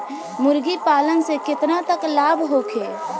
मुर्गी पालन से केतना तक लाभ होखे?